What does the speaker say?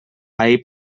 ahir